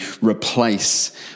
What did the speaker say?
replace